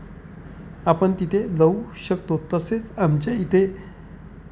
आपण तिथे जाऊ शकतो तसेच आमच्या इथे